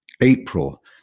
April